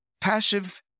passive